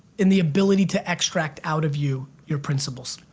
in the ability to extract out of you your principles?